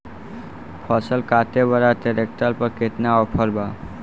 फसल काटे वाला ट्रैक्टर पर केतना ऑफर बा?